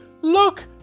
look